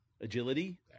agility